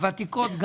גם הוותיקות,